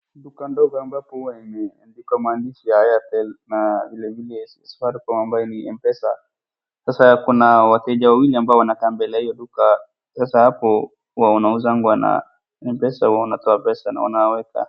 Duka ndogo ambapo huwa imeandikwa maandishi ya Airtel na vilevile Safaricom ambayo ni Mpesa. Sasa kuna wateja wawili ambaoa wanakaa mbele ya hii duka. Sasa hapo hua wanauzangwa na Mpesa wanatoa pesa na wanaweka.